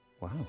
Wow